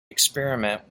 experiment